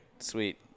Sweet